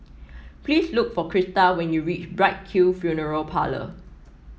please look for Crista when you reach Bright Hill Funeral Parlour